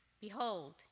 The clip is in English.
behold